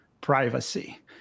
privacy